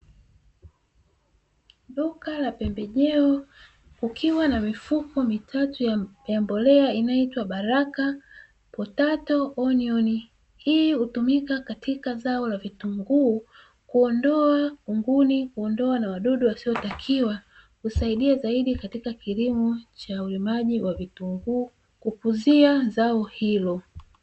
Duka la pembejeo kukiwa na mifuko mitatu ya mbolea inayoitwa “baraka potato onion” hii hutumika katika zao la vitunguu kuondoa kunguni, na kuondoa wadudu wasiotakiwa, husaidia zaidi katika kilimo cha ulimaji wa vitunguu kukuziza zao hilo.